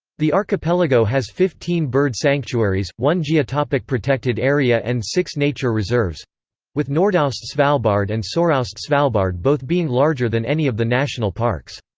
the archipelago has fifteen bird sanctuaries, one geotopic protected area and six nature reserves with nordaust-svalbard and soraust-svalbard both being larger than any of the national parks.